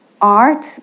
art